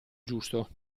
giusto